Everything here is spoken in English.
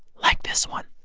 like this one.